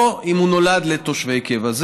או אם הוא נולד לתושבי קבע.